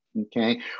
Okay